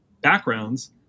backgrounds